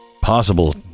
possible